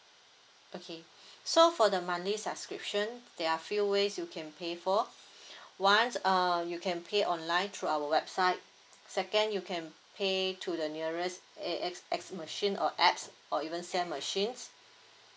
okay so for the monthly subscription there are few ways you can pay for one err you can pay online through our website second you can pay to the nearest A_X_S machine or apps or even SAM machines